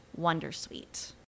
wondersuite